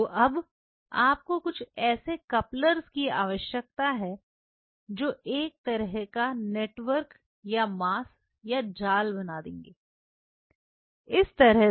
तो अब आपको कुछ ऐसे कपल्स की आवश्यकता है जो एक तरह का नेटवर्क या मास या जाल बना देंगे इस तरह से